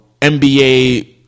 NBA